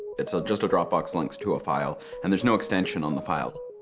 it's just a dropbox links to a file, and there's no extension on the file.